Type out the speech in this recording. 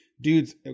dudes